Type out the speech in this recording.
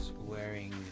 wearing